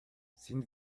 sind